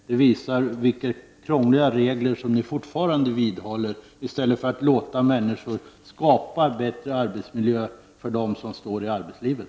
Det visar vilka krångliga regler som ni fortfarande vidhåller i stället för att låta människor skapa bättre arbetsmiljö för dem som står i arbetslivet.